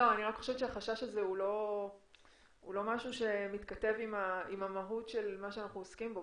אני חושבת שהחשש הזה הוא לא מתכתב עם המהות של מה שאנחנו עוסקים בו.